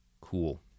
Cool